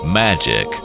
magic